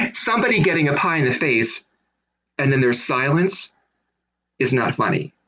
like somebody getting a pie in the face and then there's silence is not funny.